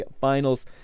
finals